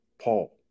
Paul